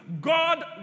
God